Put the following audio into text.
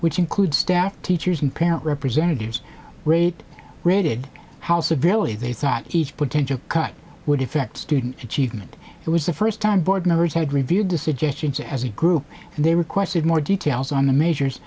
which include staff teachers and parent representatives rate rated how severely they thought each potential cut would affect student achievement it was the first time board members had reviewed the suggestions as a group and they requested more details on the m